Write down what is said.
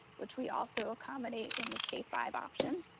which we also accommodated in the k five option.